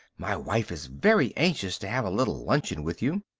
my wife is very anxious to have a little luncheon with you.